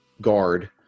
guard